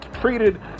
Treated